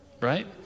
Right